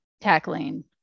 tackling